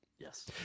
Yes